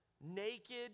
Naked